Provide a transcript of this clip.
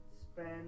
spend